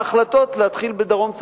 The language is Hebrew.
וזה נובע מההחלטות להתחיל בדרום וצפון,